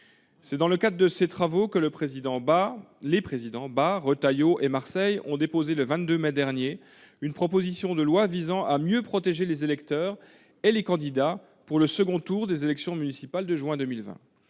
C'est dans le cadre de ces travaux que les présidents Bas, Retailleau et Marseille ont déposé, le 22 mai dernier, une proposition de loi visant à mieux protéger les électeurs et les candidats pour le second tour des élections municipales de juin 2020.